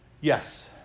Yes